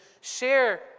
share